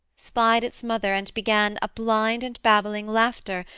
spied its mother and began a blind and babbling laughter,